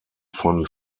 von